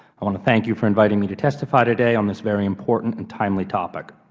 i want to thank you for inviting me to testify today on this very important and timely topic.